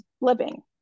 living